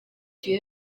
耳蕨